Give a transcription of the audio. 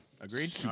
Agreed